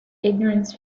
ignorance